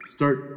Start